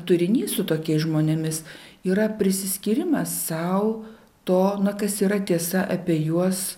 turinys su tokiais žmonėmis yra priskyrimas sau to na kas yra tiesa apie juos